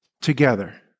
together